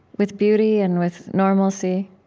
with beauty and with normalcy,